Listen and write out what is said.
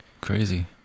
Crazy